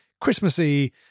Christmassy